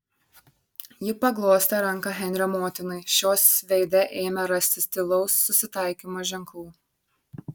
ji paglostė ranką henrio motinai šios veide ėmė rastis tylaus susitaikymo ženklų